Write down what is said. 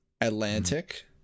Atlantic